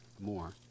more